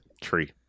tree